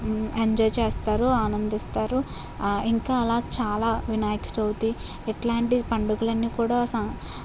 enjoy చేస్తారు ఆనందిస్తారు ఇంకా అలా చాలా వినాయక చవితి ఇట్లాంటి పండుగలన్నీ కూడా స